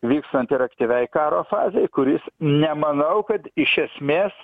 vykstant ir aktyviai karo fazei kuris nemanau kad iš esmės